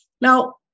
Now